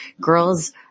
Girls